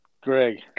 Greg